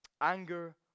Anger